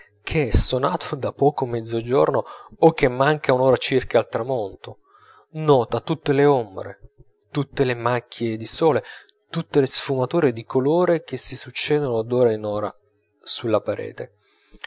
che è sonato da poco mezzogiorno o che manca un'ora circa al tramonto nota tutte le ombre tutte le macchie di sole tutte le sfumature di colore che si succedono d'ora in ora sulla parete